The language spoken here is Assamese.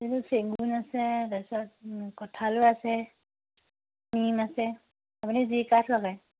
এইটো চেগুন আছে তাৰ পিছত কঁঠালো আছে নিম আছে আপুনি যি কাঠ লগায়